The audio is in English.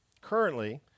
Currently